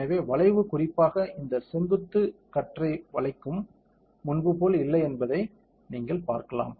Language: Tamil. எனவே வளைவு குறிப்பாக இந்த செங்குத்து கற்றை வளைக்கும் முன்பு போல் இல்லை என்பதை நீங்கள் பார்க்கலாம்